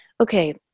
Okay